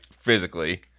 physically